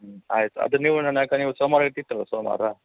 ಹ್ಞೂ ಆಯ್ತು ಅದು ನೀವು ಸೋಮವಾರ ಇರ್ತಿತ್ತು ಅಲ್ಲವಾ ಸೋಮವಾರ